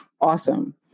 awesome